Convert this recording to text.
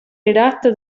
redatto